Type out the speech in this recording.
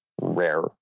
rare